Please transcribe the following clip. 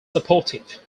supportive